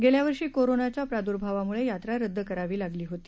गेल्या वर्षी कोरोनाच्या प्राद्भावामुळे यात्रा रद्द करावी लागली होती